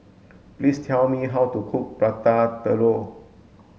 please tell me how to cook Prata Telur